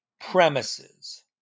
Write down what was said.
premises